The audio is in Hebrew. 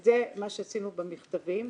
זה מה שעשינו במכתבים,